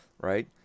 right